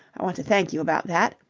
i want to thank you about that.